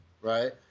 Right